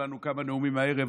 כיוון שנכונו לנו כמה נאומים הערב,